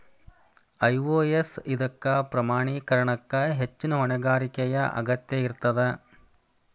IOS ಇದಕ್ಕ ಪ್ರಮಾಣೇಕರಣಕ್ಕ ಹೆಚ್ಚಿನ್ ಹೊಣೆಗಾರಿಕೆಯ ಅಗತ್ಯ ಇರ್ತದ